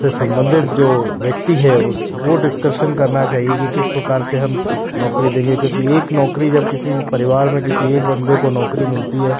संबंधित जो व्यक्ति है उस वो डिस्कशन करना चाहिए कि किसी प्रकार से हम नौकरी देंगे क्योंकि एक नौकरी जब किसी परिवार में किसी एक बंदे को नौकरी मिलती है